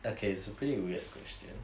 okay it's a pretty weird question